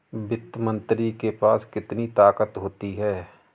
वित्त मंत्री के पास कितनी ताकत होती है?